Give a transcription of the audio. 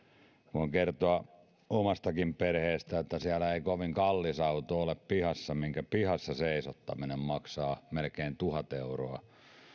voin kertoa omastakin perheestäni että siellä ei ole pihassa kovin kallis auto minkä pihassa seisottaminen maksaa melkein tuhat euroa